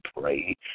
pray